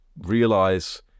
realize